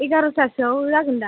एगार'थासोआव जागोन दा